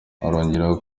anongeraho